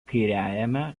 kairiajame